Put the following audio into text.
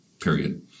period